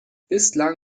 bislang